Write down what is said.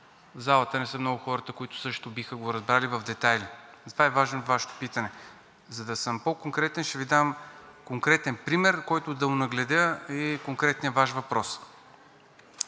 В залата не са много хората, които също биха го разбрали в детайли, затова е важно Вашето питане. За да съм по-конкретен, ще Ви дам пример, с който да онагледя Вашия въпрос.